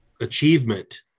achievement